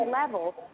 level